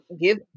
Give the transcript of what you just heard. Give